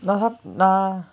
நா நா:naa naa